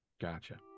Gotcha